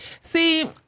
See